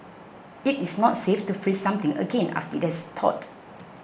it is not safe to freeze something again after it has thawed